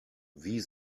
wie